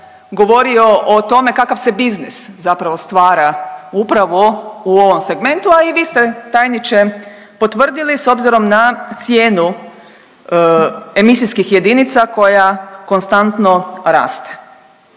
govorio o tome kakav se biznis zapravo stvara upravo u ovom segmentu, a i vi ste tajniče potvrdili s obzirom na cijenu emisijskih jedinica koja konstantno raste.